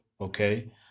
okay